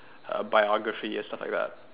uh biography and stuff like that